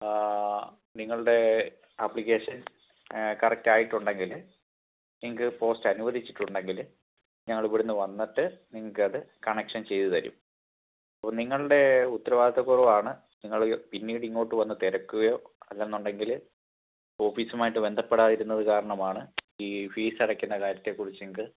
നിങ്ങളുടെ അപ്ലിക്കേഷൻ കറക്റ്റായിട്ടുണ്ടെങ്കിൽ നിങ്ങൾക്ക് പോസ്റ്റനുവദിച്ചിട്ടുണ്ടെങ്കിൽ ഞങ്ങളിവിടെ നിന്ന് വന്നിട്ട് നിങ്ങക്കത് കണക്ഷൻ ചെയ്തുതരും അപ്പോൾ നിങ്ങളുടെ ഉത്തരവാദിത്ത്വക്കുറവാണ് നിങ്ങൾ പിന്നീട് ഇങ്ങോട്ട് വന്നു തിരക്കുകയോ അല്ലെന്നുണ്ടെങ്കിൽ ഓഫീസുമായിട്ട് ബന്ധപ്പെ ടാതിരുന്നത് കാരണമാണ് ഈ ഫീസടയ്ക്കുന്ന കാര്യത്തെക്കുറിച്ച് നിങ്ങൾക്ക്